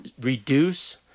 reduce